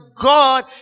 God